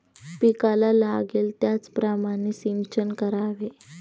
पिकाला लागेल त्याप्रमाणे सिंचन करावे